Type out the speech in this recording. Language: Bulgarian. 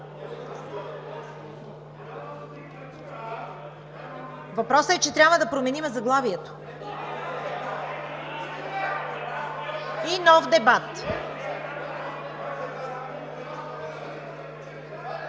Въпросът е, че трябва да променим заглавието. (Силен